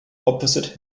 opposite